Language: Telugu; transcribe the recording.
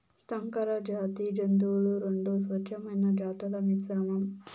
సంకరజాతి జంతువులు రెండు స్వచ్ఛమైన జాతుల మిశ్రమం